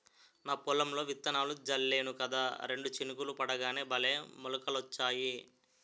నా పొలంలో విత్తనాలు జల్లేను కదా రెండు చినుకులు పడగానే భలే మొలకలొచ్చాయి